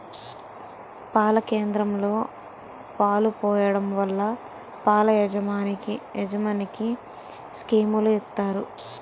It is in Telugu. పాల కేంద్రంలో పాలు పోయడం వల్ల పాల యాజమనికి స్కీములు ఇత్తారు